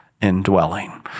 indwelling